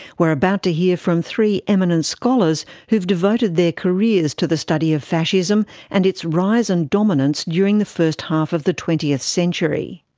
we're about to hear from three eminent scholars who've devoted their careers to the study of fascism and its rise and dominance during the first half of the twentieth century.